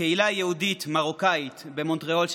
בקהילה היהודית-מרוקאית במונטריאול שבקנדה.